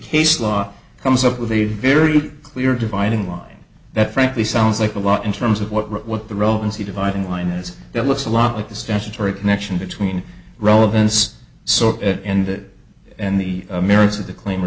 case law comes up with a very clear dividing line that frankly sounds like a lot in terms of what what what the relevancy dividing line is it looks a lot like the statutory connection between relevance so it ended and the merits of the claim or